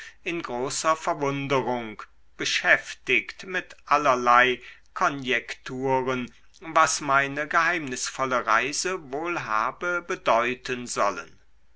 in großer verwunderung beschäftigt mit allerlei konjekturen was meine geheimnisvolle reise wohl habe bedeuten sollen